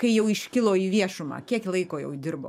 kai jau iškilo į viešumą kiek laiko jau dirbo